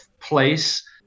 place